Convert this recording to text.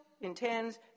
intends